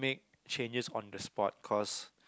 changes on the spot cause